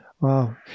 Wow